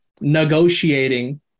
negotiating